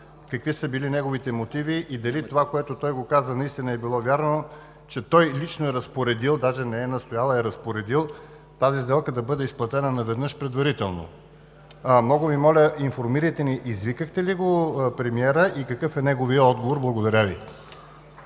какви са били неговите мотиви и дали това, което той каза, наистина е вярно – че той лично е разпоредил, даже не е настоял, а е разпоредил, тази сделка да бъде изплатена наведнъж предварително. Много Ви моля, информирайте ни: извикахте ли премиера и какъв е неговият отговор? Благодаря Ви.